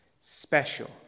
special